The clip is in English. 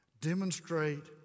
demonstrate